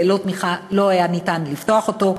ללא תמיכה לא היה ניתן לפתוח אותו.